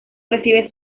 recibe